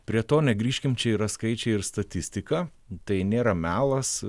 prie to negrįžkim čia yra skaičiai ir statistika tai nėra melas